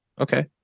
Okay